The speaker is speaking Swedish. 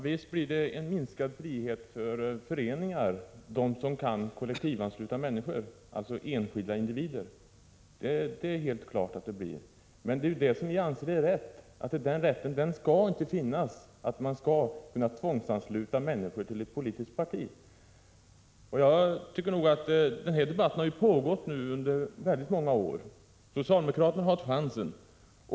Fru talman! Visst minskar friheten för de föreningar som kan kollektivansluta människor, alltså enskilda individer. Det är helt klart. Det är ju detta som vi anser vara riktigt. Man skall inte kunna tvångsansluta människor till ett politiskt parti. Denna debatt har nu pågått under väldigt många år.